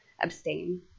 abstain